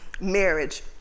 marriage